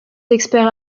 experts